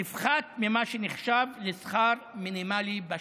יקבל פחות ממה שנחשב כשכר מינימלי בשוק.